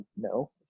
no